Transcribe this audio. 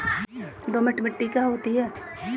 दोमट मिट्टी क्या होती हैं?